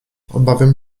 obawiam